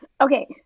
Okay